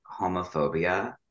homophobia